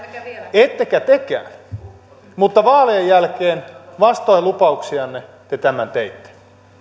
ettekä tekään mutta vaalien jälkeen vastoin lupauksianne te tämän teitte